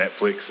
Netflix